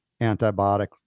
antibiotic